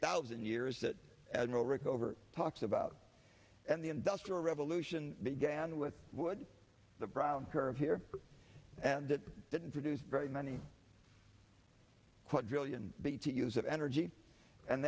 thousand years that admiral rickover talks about and the industrial revolution began with wood the problem curve here and that didn't produce very many quadrillion bt use of energy and